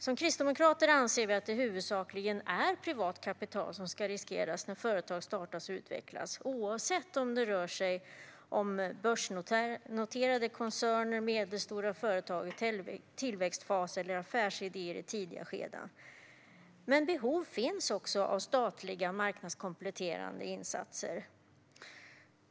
Vi kristdemokrater anser att det huvudsakligen är privat kapital som ska riskeras när företag startas och utvecklas, oavsett om det rör sig om börsnoterade koncerner, medelstora företag i tillväxtfas eller affärsidéer i tidiga skeden. Det finns dock behov även av statliga marknadskompletterande insatser.